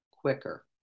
quicker